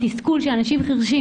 התסכול של אנשים חירשים